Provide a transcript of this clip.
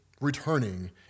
returning